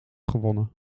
gewonnen